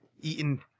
eaten